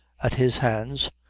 at his hands,